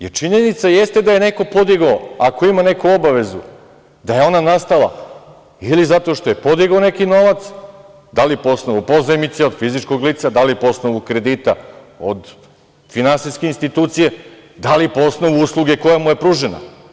Jer, činjenica jeste da je neko podigao, ako je imao neku obavezu da je ona nastala ili zato što je podigao neki novac, da li po osnovu pozajmice od fizičkog lica, da li po osnovu kredita od finansijske institucije, da li po osnovu usluge koja mu je pružena?